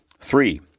Three